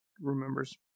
remembers